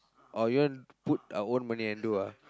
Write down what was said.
or you want put our own money and do ah